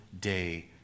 day